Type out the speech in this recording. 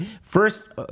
first